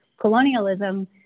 colonialism